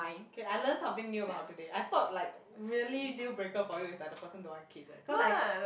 K I learn something new about today I thought like really deal breaker for you is like the person don't want kids eh cause I